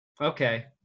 Okay